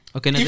Okay